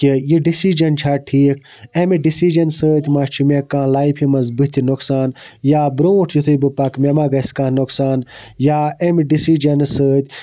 کہِ یہِ ڈیسِجَن چھےٚ ٹھیٖک امہِ ڈیسِجَن سۭتۍ مہَ چھُ مےٚ کانٛہہ لایفہِ مَنٛز بٕتھِ نۄقصان یا برونٛٹھ یِتھُے بہٕ پَکہٕ مےٚ مہَ گَژھِ کانٛہہ نۄقصان یا امہِ ڈیسِجَنہٕ سۭتۍ